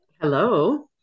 Hello